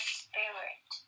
spirit